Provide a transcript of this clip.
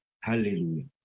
Hallelujah